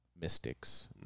mystics